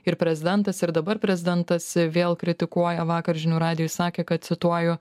ir prezidentas ir dabar prezidentas vėl kritikuoja vakar žinių radijui sakė kad cituoju